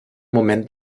moment